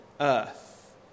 earth